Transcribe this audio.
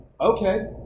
okay